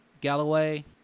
Galloway